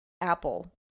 Apple